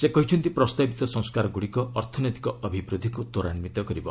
ସେ କହିଛନ୍ତି ପ୍ରସ୍ତାବିତ ସଂସ୍କାରଗୁଡ଼ିକ ଅର୍ଥନୈତିକ ଅଭିବୃଦ୍ଧିକୁ ତ୍ୱରାନ୍ୱିତ କରିବ